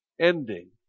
ending